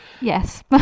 Yes